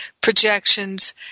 projections